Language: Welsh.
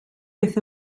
byth